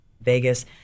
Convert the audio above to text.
Vegas